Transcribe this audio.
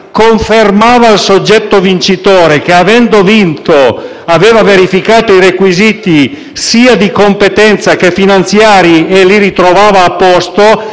confermava il soggetto vincitore, che, avendo vinto, aveva verificato i requisiti sia di competenza che finanziari e li trovava a posto,